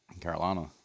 Carolina